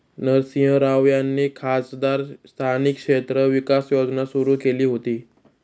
नरसिंह राव यांनी खासदार स्थानिक क्षेत्र विकास योजना सुरू केली होती